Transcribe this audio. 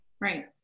Right